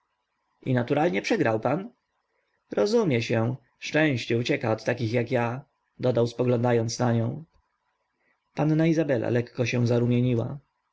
i naturalnie przegrał pan rozumie się szczęście ucieka od takich jak ja dodał spoglądając na nią panna izabela lekko się zarumieniła